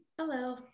Hello